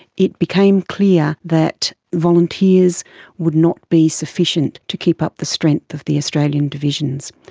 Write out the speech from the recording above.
it became clear that volunteers would not be sufficient to keep up the strength of the australian divisions.